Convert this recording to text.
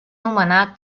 nomenar